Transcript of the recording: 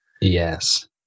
Yes